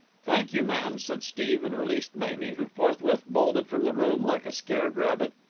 thank you, ma'am, said steve, and released mamie, who forthwith bolted from the room like a scared rabbit.